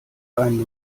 ein